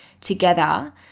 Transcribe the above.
together